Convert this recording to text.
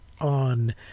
on